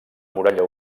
muralla